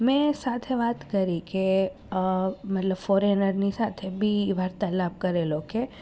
મેં સાથે વાત કરી કે મતલબ ફોરેનરની સાથે બી વાર્તાલાપ કરેલો